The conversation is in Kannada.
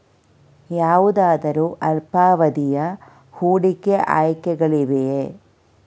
ಯಾವುದಾದರು ಅಲ್ಪಾವಧಿಯ ಹೂಡಿಕೆ ಆಯ್ಕೆಗಳಿವೆಯೇ?